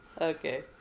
Okay